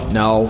no